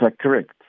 correct